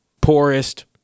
poorest